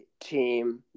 team